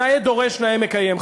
נאה דורש נאה מקיים,